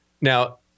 now